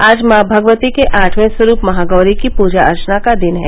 आज मॉ भगवती के आठवें स्वरूप महागौरी की पूजा अर्चना का दिन है